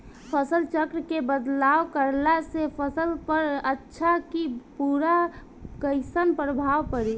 फसल चक्र मे बदलाव करला से फसल पर अच्छा की बुरा कैसन प्रभाव पड़ी?